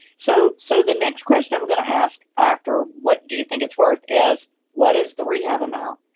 so so the next question i'm going to ask after what do you think it's worth is what is the rehab amount?